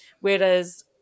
Whereas